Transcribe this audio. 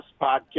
podcast